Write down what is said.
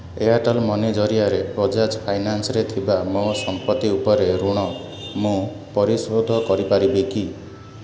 Airtel money ଜରିଆରେ ବଜାଜ୍ ଫାଇନାନ୍ସରେ ଥିବା ମୋ ସମ୍ପତ୍ତି ଉପରେ ଋଣ ମୁଁ ପରିଶୋଧ କରିପାରିବି କି